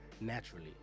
naturally